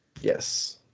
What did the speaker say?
Yes